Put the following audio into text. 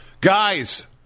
Guys